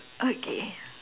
okay